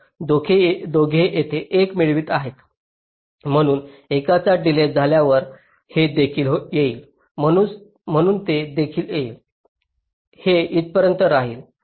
तर दोघे येथे 1 मिळवत आहेत म्हणून एकाचा डिलेज झाल्यावर हे येथे येईल म्हणून ते येथे येतील हे इथपर्यंत राहील